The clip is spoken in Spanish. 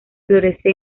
florece